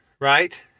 right